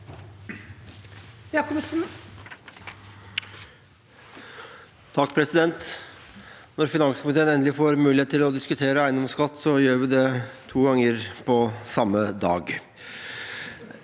for saken): Når finanskomiteen endelig får mulighet til å diskutere eiendomsskatt, gjør vi det to ganger på samme dag.